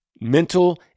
mental